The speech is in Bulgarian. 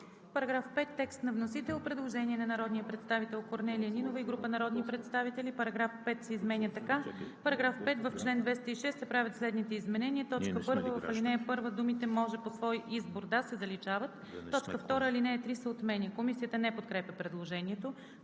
Параграф 5 – текст на вносител. Предложение на народния представител Корнелия Нинова и група народни представители – параграф 5 се изменя така: „§ 5. В чл. 206 се правят следните изменения: 1. В ал. 1 думите „може по свой избор да“ се заличават. 2. Алинея 3 се отменя.“ Комисията не подкрепя предложението.